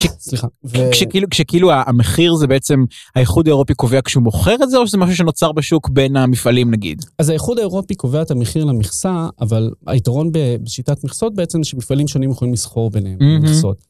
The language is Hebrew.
סליחה. כשכאילו המחיר זה בעצם האיחוד אירופי קובע כשהוא מוכר את זה, או שזה משהו שנוצר בשוק בין המפעלים נגיד. אז האיחוד אירופי קובע את המחיר למכסה אבל היתרון בשיטת מכסות בעצם שמפעלים שונים יכולים לסחור ביניהם.